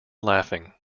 laughing